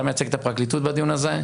אתה מייצג את הפרקליטות בדיון הזה.